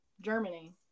Germany